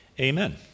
Amen